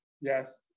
Yes